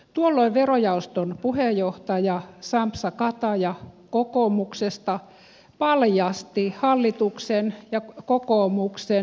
tuolloin verojaoston puheenjohtaja sampsa kataja kokoomuksesta paljasti hallituksen ja kokoomuksen suunnitelmat